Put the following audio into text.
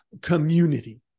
community